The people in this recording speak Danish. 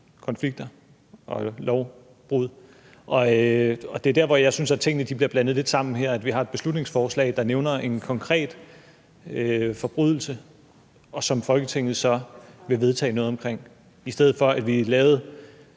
konflikter og lovbrud. Det er der, hvor jeg synes, at tingene bliver blandet lidt sammen her. Vi har et beslutningsforslag, der nævner en konkret forbrydelse, som Folketinget så vil vedtage noget omkring, i stedet for at vi i et